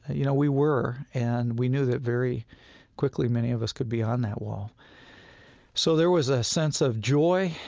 you know, we were, and we knew that very quickly many of us could be on that wall so there was a sense of joy,